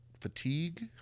fatigue